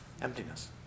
Emptiness